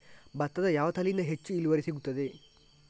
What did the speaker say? ಭತ್ತದ ಯಾವ ತಳಿಯಿಂದ ಹೆಚ್ಚು ಇಳುವರಿ ಸಿಗುತ್ತದೆ?